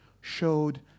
showed